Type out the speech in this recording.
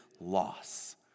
loss